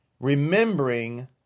remembering